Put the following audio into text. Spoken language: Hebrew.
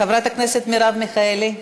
חברת הכנסת מרב מיכאלי.